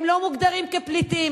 הם לא מוגדרים כפליטים,